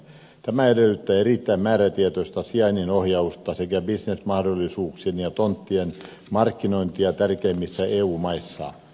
tämä edellyttää erittäin määrätietoista sijainnin ohjausta sekä bisnesmahdollisuuksien ja tonttien markkinointia tärkeimmissä eu maissa